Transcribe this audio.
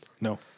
No